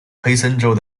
黑森州